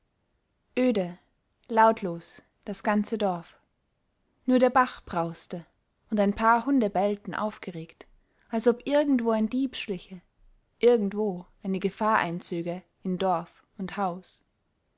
öde lautlos das ganze dorf nur der bach brauste und ein paar hunde bellten aufgeregt als ob irgendwo ein dieb schliche irgendwo eine gefahr einzöge in dorf und haus